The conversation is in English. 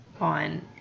on